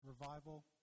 revival